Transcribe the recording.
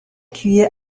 kühe